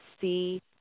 see